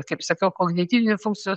kaip sakiau kognityvinių funkcijų